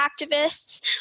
activists